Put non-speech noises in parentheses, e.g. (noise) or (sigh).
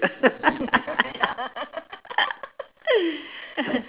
(laughs)